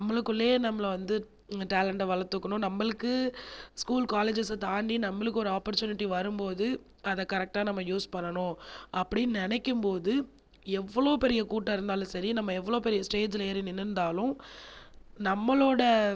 நம்மளுக்குள்ளையே நம்மளை வந்து டேலண்ட வளர்த்துக்கணும் நம்மளுக்கு ஸ்கூல் காலேஜ்ஸ் தாண்டி நம்மளுக்கு ஒரு ஆப்பர்சுனிட்டி வரும் போது அத கரெக்ட்டாக நம்ம யூஸ் பண்ணனும் அப்படினு நினைக்கும் போது எவ்வளோ பெரிய கூட்டம் இருந்தாலும் சரி நம்ம எவ்ளோ பெரிய ஸ்டேஜில் ஏறி நின்னு இருந்தாலும் நம்மளோடய